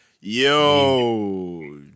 yo